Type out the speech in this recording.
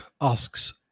asks